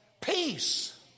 peace